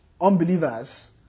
unbelievers